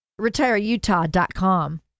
retireutah.com